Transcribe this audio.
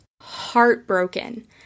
heartbroken